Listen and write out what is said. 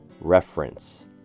reference